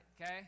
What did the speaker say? okay